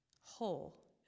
whole